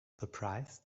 surprised